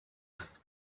ist